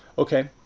okay,